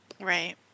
Right